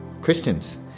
Christians